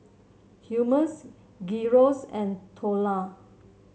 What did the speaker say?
Hummus Gyros and Dhokla